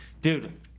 Dude